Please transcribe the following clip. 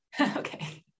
okay